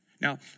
Now